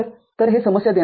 तर हे समस्या देणार आहे